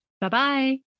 bye-bye